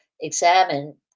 examine